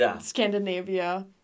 Scandinavia